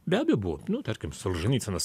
be abejo buvo nu tarkim solženycinas